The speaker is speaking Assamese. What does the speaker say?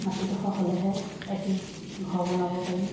মাটিডোখৰ হ'লেহে এটি ঘৰ বনাব পাৰি